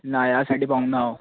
ना ह्या सायडीक पावूंक ना हांव